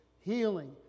healing